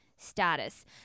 Status